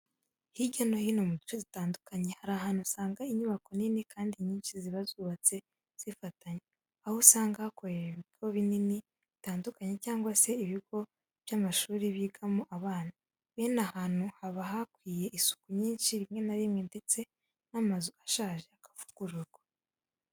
Hirya no hino mu duce dutandukanye hari ahantu usanga inyubako nini kandi nyinshi ziba zubatse zifatanye, aho usanga hakorera ibigo binini bitandukanye cyangwa se ibigo by'amashuri byigamo abana, bene ahantu haba hakwiye isuku nyinshi rimwe na rimwe ndetse n'amazu ashaje akavugururwa.